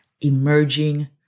emerging